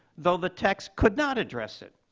though the text could not address it,